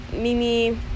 Mimi